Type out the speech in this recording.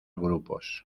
grupos